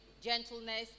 gentleness